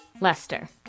Lester